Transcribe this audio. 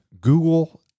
Google